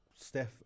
Steph